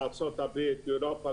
בארצות הברית ובאירופה,